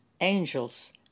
angels